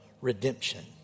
redemption